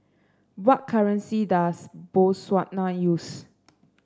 what currency does Botswana use